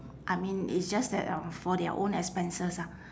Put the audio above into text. I mean it's just that um for their own expenses ah